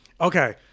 Okay